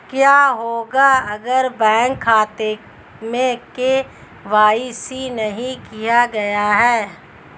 क्या होगा अगर बैंक खाते में के.वाई.सी नहीं किया गया है?